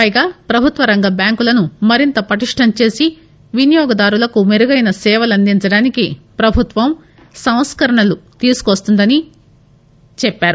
పైగా ప్రభుత్వరంగ బ్యాంకులను మరింత పటిష్టం చేసి వినియోగదారులకు మెరుగైన సేవలు అందించడానికి ప్రభుత్వం సంస్కరణలు తీసుకువస్తుందని తెలిపారు